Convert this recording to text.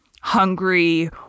hungry